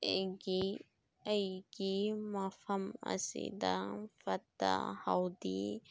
ꯑꯩꯒꯤ ꯑꯩꯒꯤ ꯃꯐꯝ ꯑꯁꯤꯗ ꯐꯠꯇ ꯍꯥꯎꯗꯤ